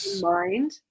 mind